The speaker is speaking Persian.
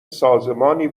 سازمانی